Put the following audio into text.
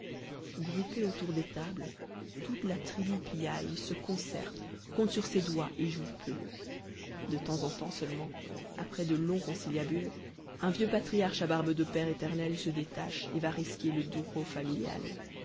groupée autour des tables toute la tribu piaille se concerte compte sur ses doigts et joue peu de temps en temps seulement après de longs conciliabules un vieux patriarche à barbe de père éternel se détache et va risquer le douro familial